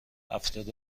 هفتاد